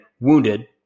wounded